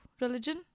religion